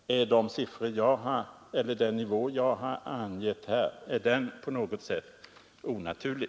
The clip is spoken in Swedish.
Är den nivå jag angett på något sätt onaturlig?